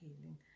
healing